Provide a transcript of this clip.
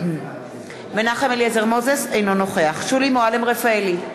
אינו נוכח שולי מועלם-רפאלי,